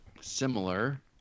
similar